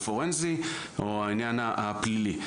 הפורנזי או העניין הפלילי.